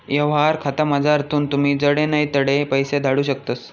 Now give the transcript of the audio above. यवहार खातामझारथून तुमी जडे नै तठे पैसा धाडू शकतस